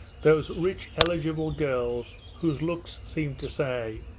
those rich eligible girls whose looks seem to say